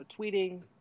tweeting